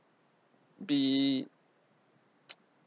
be